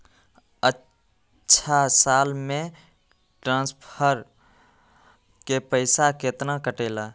अछा साल मे ट्रांसफर के पैसा केतना कटेला?